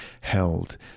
held